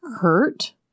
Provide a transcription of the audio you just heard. hurt